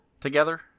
together